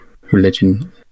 religion